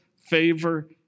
favor